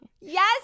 yes